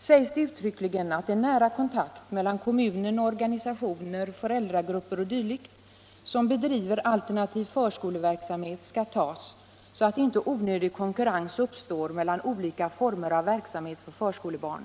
sägs det uttryckligen att en nära kontakt mellan kommunen och organisationer, föräldragrupper o.d. som bedriver alternativ förskoleverksamhet skall tas, så att inte onödig konkurrens uppstår mellan olika former av verksamhet för förskolebarn.